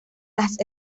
las